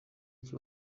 iki